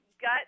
gut